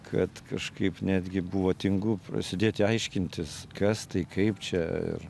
kad kažkaip netgi buvo tingu prasidėti aiškintis kas tai kaip čia ir